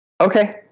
Okay